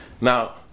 Now